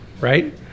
Right